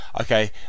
Okay